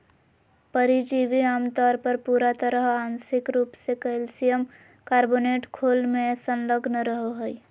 परिजीवी आमतौर पर पूरा तरह आंशिक रूप से कइल्शियम कार्बोनेट खोल में संलग्न रहो हइ